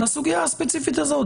לסוגיה הספציפית הזאת.